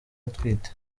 atwite